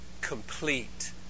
complete